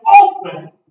open